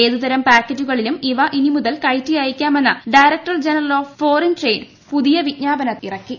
ഏതുതരം പായ്ക്കറ്റുകളിലും ഇവ ഇനിമുതൽ കയറ്റി അയയ്ക്കാമെന്ന് director general of foreign trade പുതിയ വിജ്ഞാപനം ഇറക്കി